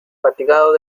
fatigados